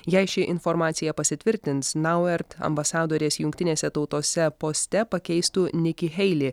jei ši informacija pasitvirtins nauert ambasadorės jungtinėse tautose poste pakeistų niki heili